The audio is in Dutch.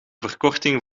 verkorting